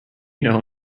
know